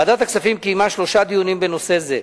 ועדת הכספים קיימה שלושה דיונים בנושא זה.